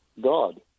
God